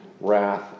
wrath